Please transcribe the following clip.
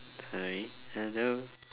sorry hello